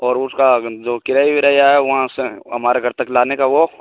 और उसका जो किराया विराया है वहाँ से हमारे घर तक लाने का वह